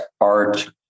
art